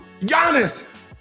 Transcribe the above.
Giannis